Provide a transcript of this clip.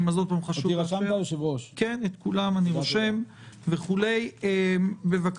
היושב-ראש, שמעת מה אמרתי לגבי ועדת